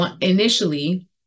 initially